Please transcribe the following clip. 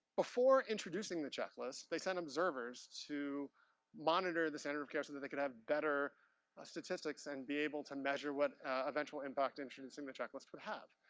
before introducing the checklist, they sent observers to monitor the center of care so that they could have better ah statistics and be able to measure what eventual impact that the checklist would have.